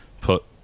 put